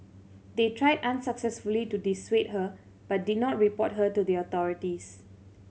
they tried unsuccessfully to dissuade her but did not report her to the authorities